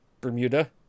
bermuda